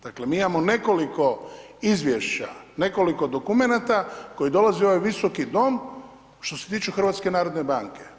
Dakle, mi imamo nekoliko izvješća, nekoliko dokumenata, koji dolazi u ovaj visoki dom, što se tiče HNB-a.